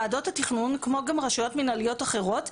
ועדות התכנון כמו גם רשויות מנהליות אחרות,